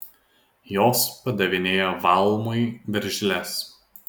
jos padavinėja valmui veržles